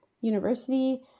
university